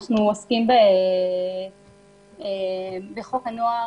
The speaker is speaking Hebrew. אנחנו עוסקים בחוק הנוער